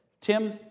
Tim